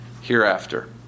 hereafter